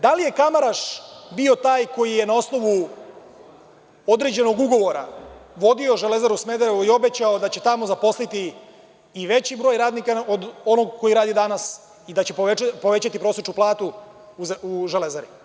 Da li je Kamaraš bio taj koji je na osnovu određenog ugovora vodio „Železaru“ Smederevo i obećao da će tamo zaposliti i veći broj radnika od onog ko radi danas i da će povećati prosečnu platu u „Železari“